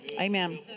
Amen